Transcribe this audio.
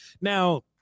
Now